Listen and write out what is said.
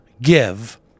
give